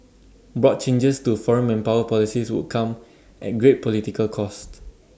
broad changes to foreign manpower policies would come at great political cost